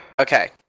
Okay